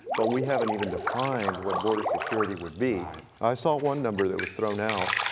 but we haven't even defined what border security would be. i saw one number that was thrown out,